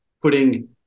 putting